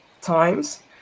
times